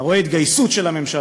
אתה רואה התגייסות של הממשלה,